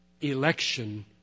Election